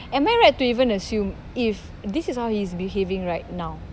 am I right to even assume if this is how he's behaving right now